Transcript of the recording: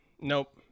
nope